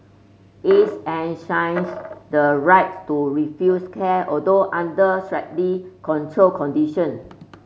its enshrines the rights to refuse care although under strictly controlled condition